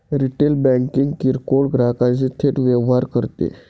retail banking किरकोळ ग्राहकांशी थेट व्यवहार करते